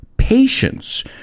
Patience